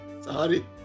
Sorry